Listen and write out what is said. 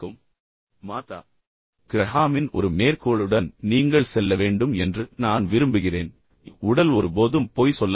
ஒரு இறுதி எண்ணமாக மார்த்தா கிரஹாமின் ஒரு மேற்கோளுடன் நீங்கள் செல்ல வேண்டும் என்று நான் விரும்புகிறேன் இது கூறுகிறது உடல் ஒருபோதும் பொய் சொல்லாது